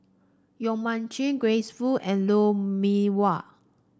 Yong Mun Chee Grace Fu and Lou Mee Wah